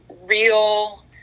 real